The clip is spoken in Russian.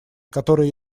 которые